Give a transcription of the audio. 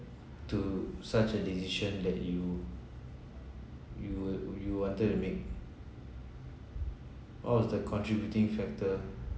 to such a decision that you you would you wanted to make all of the contributing factor